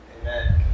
Amen